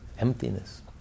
emptiness